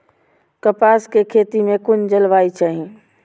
कपास के खेती में कुन जलवायु चाही?